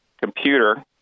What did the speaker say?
computer